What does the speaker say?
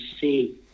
see